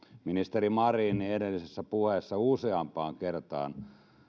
ministeri marin edellisessä puheessaan useampaan kertaan